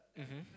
mmhmm